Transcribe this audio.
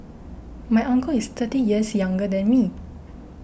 my uncle is thirty years younger than me